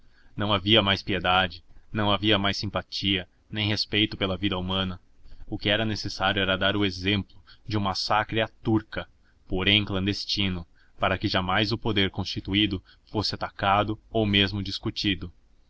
não havia mais piedade não havia mais simpatia nem respeito pela vida humana o que era necessário era dar o exemplo de um massacre à turca porém clandestino para que jamais o poder constituído fosse atacado ou mesmo discutido